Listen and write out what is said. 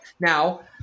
now